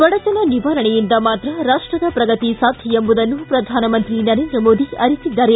ಬಡತನ ನಿವಾರಣೆಯಿಂದ ಮಾತ್ರ ರಾಷ್ಟದ ಪ್ರಗತಿ ಸಾಧ್ಯ ಎಂಬುದನ್ನು ಪ್ರಧಾನಮಂತ್ರಿ ನರೇಂದ್ರ ಮೋದಿ ಅರಿತಿದ್ದಾರೆ